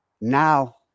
now